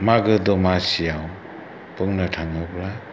मागो दमासियाव बुंनो थाङोब्ला